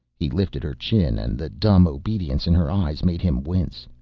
he lifted her chin and the dumb obedience in her eyes made him wince.